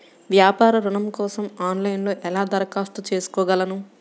వ్యాపార ఋణం కోసం ఆన్లైన్లో ఎలా దరఖాస్తు చేసుకోగలను?